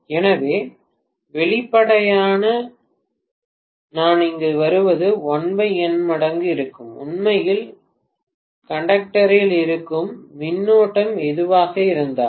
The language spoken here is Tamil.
எனவே வெளிப்படையாக நான் இங்கு வருவது 1N மடங்கு இருக்கும் உண்மையில் நடத்துனரில் இருக்கும் மின்னோட்டம் எதுவாக இருந்தாலும்